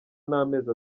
n’amezi